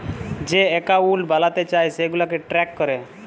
যে একাউল্ট বালাতে চায় সেগুলাকে ট্র্যাক ক্যরে